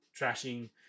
trashing